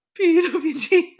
pwg